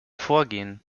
vorgehen